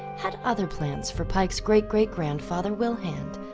had other plans for pike's great-great-grandfather wilhand,